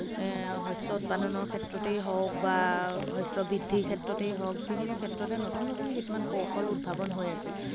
শস্য উৎপাদনৰ ক্ষেত্ৰতেই হওঁক বা শস্য বৃদ্ধিৰ ক্ষেত্ৰতেই হওঁক যিকোনো ক্ষেত্ৰতে নতুন নতুন কিছুমান কৌশল উদ্ভাৱন হৈ আছে